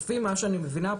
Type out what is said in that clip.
לפי מה שאני מבינה,